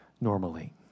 normally